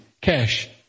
Cash